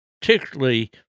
particularly